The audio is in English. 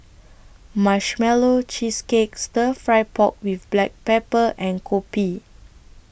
Marshmallow Cheesecake Stir Fry Pork with Black Pepper and Kopi